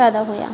ਪੈਦਾ ਹੋਇਆ